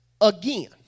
again